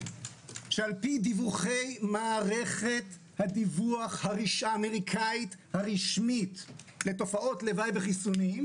שלפי דיווחי מערכת הדיווח האמריקאית הרשמית לתופעות לוואי בחיסונים,